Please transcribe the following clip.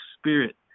spirit